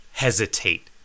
Hesitate